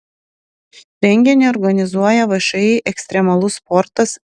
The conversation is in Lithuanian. renginį organizuoja všį ekstremalus sportas